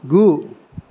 गु